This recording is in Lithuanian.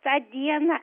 tą dieną